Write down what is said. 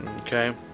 okay